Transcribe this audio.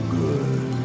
good